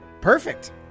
Perfect